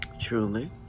truly